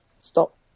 stop